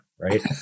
right